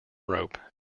rope